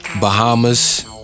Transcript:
Bahamas